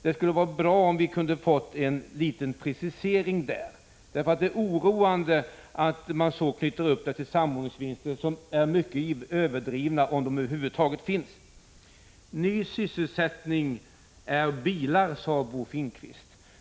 Det hade varit bra om vi hade kunnat få en liten precisering därvidlag, för det är oroande att man i så hög grad knyter det hela till s.k. samordningsvinster, vilka för övrigt är mycket överdrivna, om de över huvud taget finns. Bilar ger ny sysselsättning, sade Bo Finnkvist.